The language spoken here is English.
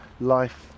life